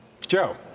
Joe